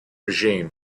regime